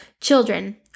Children